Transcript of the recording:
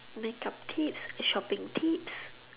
make up tips shopping tips